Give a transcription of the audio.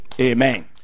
Amen